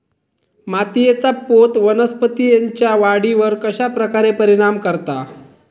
मातीएचा पोत वनस्पतींएच्या वाढीवर कश्या प्रकारे परिणाम करता?